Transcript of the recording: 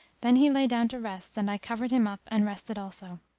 then he lay down to rest and i covered him up and rested also.